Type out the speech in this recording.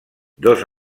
dos